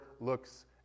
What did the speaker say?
looks